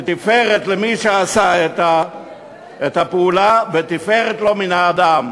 תפארת למי שעשה את הפעולה, "ותפארת לו מן האדם"